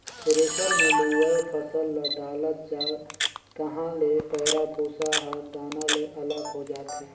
thresher मे लुवय फसल ल डालत जा तहाँ ले पैराःभूसा हर दाना ले अलग हो जाथे